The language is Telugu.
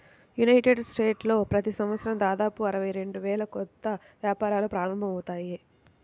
యునైటెడ్ స్టేట్స్లో ప్రతి సంవత్సరం దాదాపు అరవై రెండు వేల కొత్త వ్యాపారాలు ప్రారంభమవుతాయి